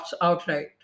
outright